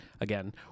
again